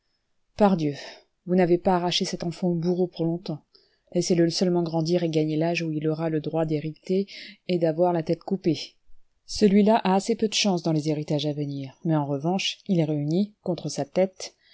pardieu vous n'avez pas arraché cet enfant au bourreau pour longtemps laissez-le seulement grandir et gagner l'âge où il aura le droit d'hériter et d'avoir la tête coupée celui-là a assez peu de chances dans les héritages à venir mais en revanche il réunit contre sa tête